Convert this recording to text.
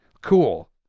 Cool